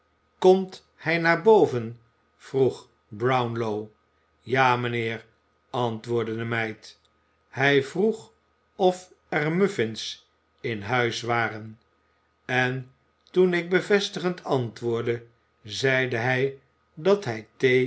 komt hij naar boven vroeg brownlow ja mijnheer antwoordde de meid hij vroeg of et m u f f i n s in huis waren en toen ik bevestigend antwoordde zeide hij dat hij